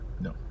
No